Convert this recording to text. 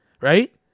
right